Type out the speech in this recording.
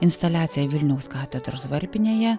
instaliaciją vilniaus katedros varpinėje